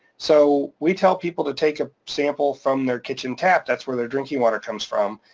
so we tell people to take a sample from their kitchen tap, that's where their drinking water comes from,